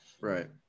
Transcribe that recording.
right